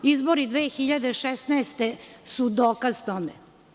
Izbori 2016. godine su dokaz tome.